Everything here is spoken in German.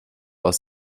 aus